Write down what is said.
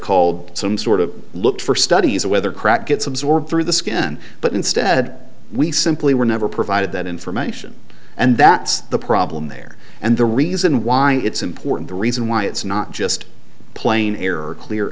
called some sort of look for studies of whether crack gets absorbed through the skin but instead we simply were never provided that information and that's the problem there and the reason why it's important the reason why it's not just plain air or clear